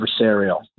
adversarial